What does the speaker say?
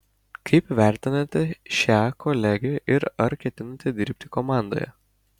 kaip vertinate šią kolegę ir ar ketinate dirbti komandoje